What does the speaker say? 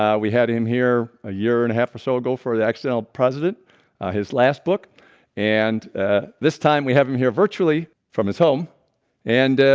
um we had him here a year and a half or so ago for the accidental president his last book and ah this time we have him here virtually from his home and ah,